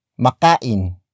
makain